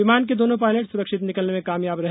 विमान के दोनों पायलट सुरक्षित निकलने में कामयाब रहे